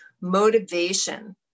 Motivation